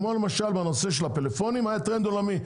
כמו למשל בנושא של הפלאפונים זה היה טרנד עולמי,